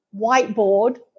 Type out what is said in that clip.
whiteboard